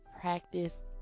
practice